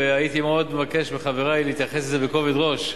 והייתי מאוד מבקש מחברי להתייחס לזה בכובד ראש.